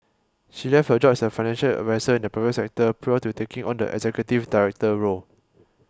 she left her job as a financial adviser in the private sector prior to taking on the executive director role